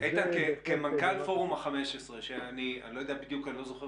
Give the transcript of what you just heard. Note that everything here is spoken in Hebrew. כמנכ"ל פורום ה-15 ואני לא זוכר